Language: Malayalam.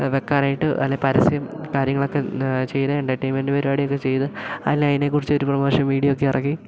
വെക്കാനായിട്ട് അല്ലേ പരസ്യം കാര്യങ്ങളൊക്കെ ചെയ്ത് എന്റര്ടെയിന്മെന്റ് പരിപാടിയൊക്കെ ചെയ്ത് അല്ലേ അതിനെക്കുറിച്ചൊരു പ്രൊമോഷൻ വീഡിയോയൊക്കെ ഇറക്കി